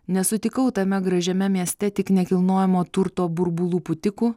nesutikau tame gražiame mieste tik nekilnojamo turto burbulų pūtikų